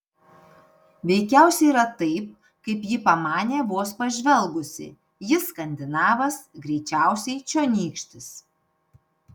veikiausiai yra taip kaip ji pamanė vos pažvelgusi jis skandinavas greičiausiai čionykštis